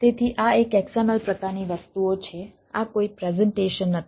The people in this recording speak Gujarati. તેથી આ એક XML પ્રકારની વસ્તુઓ છે આ કોઈ પ્રેઝન્ટેશન નથી